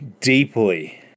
deeply